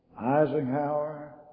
Eisenhower